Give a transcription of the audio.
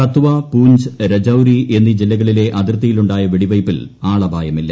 കത്വവ പൂഞ്ച് രജൌരി എന്നീ ജില്ലകളിലെ അതിർത്തിയിൽ ഉണ്ടായ വെടിവെയ്പ്പിൽ ആളപായമില്ല